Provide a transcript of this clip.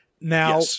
Now